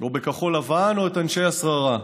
או בכחול לבן או את אנשי השררה?